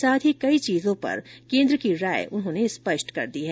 साथ ही कई चीजों पर केंद्र की राय उन्होंने स्पष्ट कर दी है